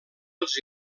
els